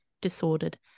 disordered